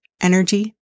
energy